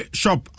shop